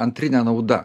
antrinė nauda